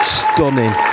stunning